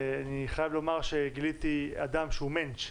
ואני חייב לומר שגיליתי אדם שהוא מענטש,